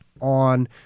on